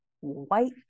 white